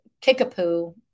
Kickapoo